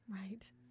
Right